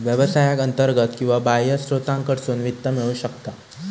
व्यवसायाक अंतर्गत किंवा बाह्य स्त्रोतांकडसून वित्त मिळू शकता